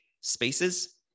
spaces